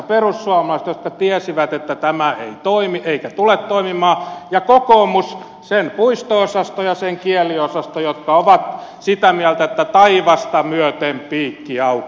perussuomalaiset jotka tiesivät että tämä ei toimi eikä tule toimimaan ja kokoomus sen puisto osasto ja sen kieliosasto jotka ovat sitä mieltä että taivasta myöten piikki auki